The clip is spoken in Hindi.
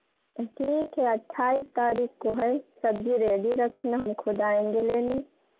ठीक है अट्ठाइस तारीख़ को है सब्ज़ी रेडी रखना हम खुद आएँगे लेने